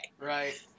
Right